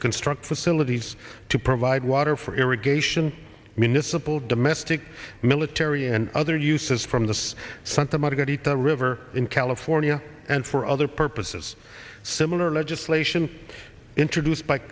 construct facilities to provide water for irrigation municipal domestic military and other use as from the sea some time ago to the river in california and for other purposes similar legislation introduced by